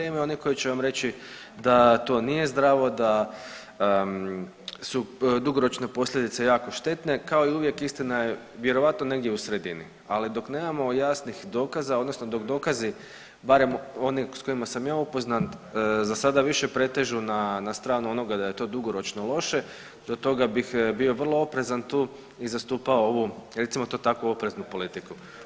Imaju oni koji će vam reći da to nije zdravo, da su dugoročne posljedice jako štetne, kao i uvijek, istina je vjerojatno negdje u sredini, ali dok nemamo jasnih dokaza, odnosno dok dokazi, barem oni s kojima sam ja upoznat, za sada više pretežu na stranu onoga da je to dugoročno loše, do toga bih bio vrlo oprezan tu i zastupao ovu, recimo to tako, oprezni politiku.